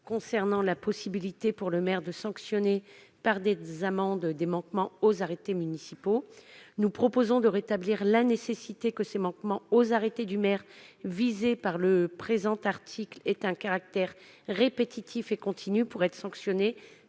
lois, de la possibilité pour le maire de sanctionner par des amendes des manquements aux arrêtés municipaux. Nous proposons de prévoir que les manquements aux arrêtés du maire visés par le présent article devront avoir un caractère répétitif et continu pour pouvoir être sanctionnés